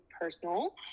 personal